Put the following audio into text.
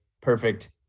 perfect